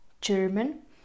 German